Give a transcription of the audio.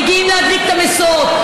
מגיעים להדליק את המשואות?